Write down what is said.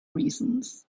reasons